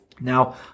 Now